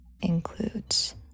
includes